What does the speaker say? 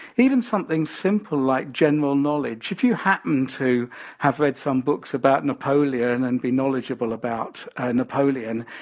even something simple like general knowledge. if you happen to have read some books about napoleon and be knowledgeable about napoleon,